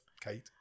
Kate